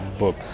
book